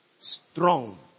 strong